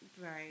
Right